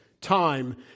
time